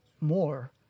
more